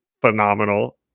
phenomenal